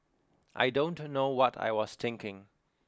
I don't know what I was thinking